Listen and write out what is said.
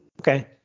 Okay